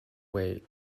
way